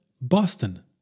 Boston